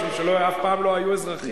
משום שאף פעם לא היו אזרחים.